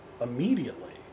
immediately